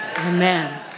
Amen